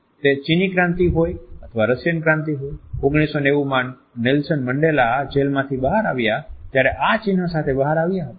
તે ચિની ક્રાંતિ હોય અથવા રશિયન ક્રાંતિ હોય 1990માં નેલ્સન મંડેલા જેલ માંથી બહાર આવ્યા ત્યારે આ ચિહ્ન સાથે બહાર આવ્યા હતા